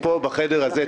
פה בחדר הזה,